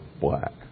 black